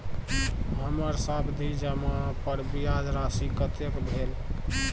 हमर सावधि जमा पर ब्याज राशि कतेक भेल?